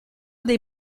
dei